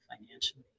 financially